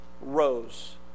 rose